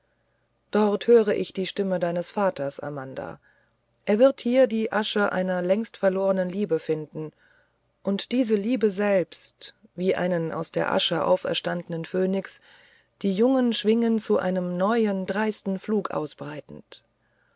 dort höre ich die stimme deines vaters amanda er wird hier die asche einer längst verlohten liebe finden und diese liebe selbst wie einen aus der asche auferstandenen phönix die jungen schwingen zu einem neuen dreisten flug ausbreitend